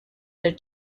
their